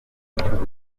cy’ubuzima